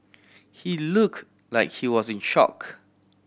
he looked like he was in shock